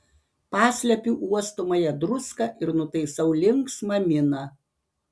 paslepiu uostomąją druską ir nutaisau linksmą miną